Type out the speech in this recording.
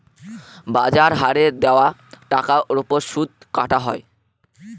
বাজার হারে দেওয়া টাকার ওপর সুদ কাটা হয়